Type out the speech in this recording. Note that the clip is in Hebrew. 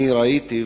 אני ראיתי,